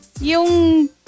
Yung